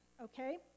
okay